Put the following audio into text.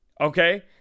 Okay